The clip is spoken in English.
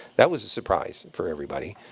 that was a surprise for everybody.